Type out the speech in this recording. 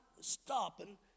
stopping